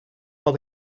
had